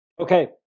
Okay